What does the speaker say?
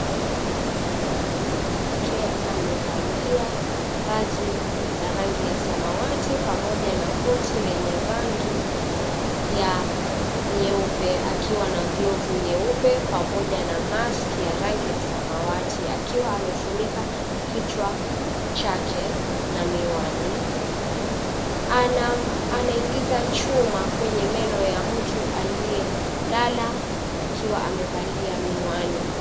Mwanamke amevalia vazi la rangi ya samawati pamoja na koti lenye rangi ya nyeupe akiwa na glovu nyeupe pamoja na mask ya rangi ya samawati, akiwa amefunika kichwa chake na miwani. Anaingiza chuma kwenye meno ya mtu aliyelala akiwa amevalia miwani.